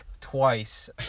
twice